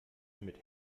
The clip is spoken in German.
mit